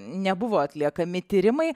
nebuvo atliekami tyrimai